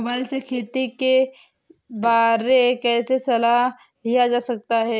Mobile से खेती के बारे कैसे सलाह लिया जा सकता है?